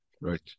Right